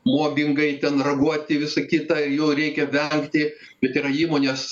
mobingai ten raguoti visą kitą ir jų reikia vengti bet yra įmonės